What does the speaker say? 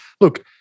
look